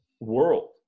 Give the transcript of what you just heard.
world